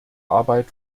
arbeit